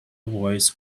voice